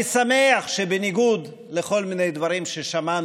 אני שמח שבניגוד לכל מיני דברים ששמענו,